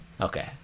Okay